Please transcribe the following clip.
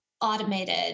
automated